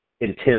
intense